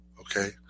Okay